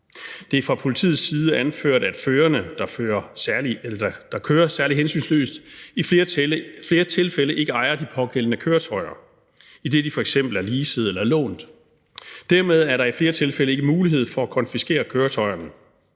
Det er fra politiets side anført, at førerne, der kører særlig hensynsløst, i flere tilfælde ikke ejer de pågældende køretøjer, idet de f.eks. er leasede eller lånt. Dermed er der i flere tilfælde ikke mulighed for at konfiskere køretøjerne.